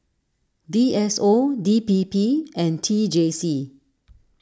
D S O D P P and T J C